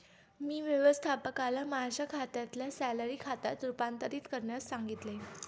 मी व्यवस्थापकाला माझ्या खात्याला सॅलरी खात्यात रूपांतरित करण्यास सांगितले